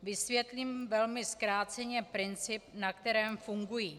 Vysvětlím velmi zkráceně princip, na kterém fungují.